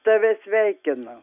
tave sveikinu